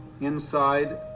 Inside